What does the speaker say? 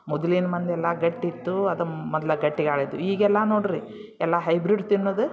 ಮೊದಲಿನ ಮಂದಿ ಎಲ್ಲ ಗಟ್ಟಿ ಇತ್ತು ಅದು ಮೊದ್ಲು ಗಟ್ಟಿಗಾಳಾಯಿತು ಈಗೆಲ್ಲ ನೋಡಿರಿ ಎಲ್ಲ ಹೈಬ್ರಿಡ್ ತಿನ್ನುವುದು